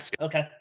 okay